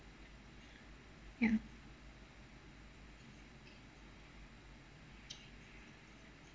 ya